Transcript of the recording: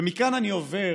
ומכאן אני עובר,